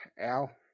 Al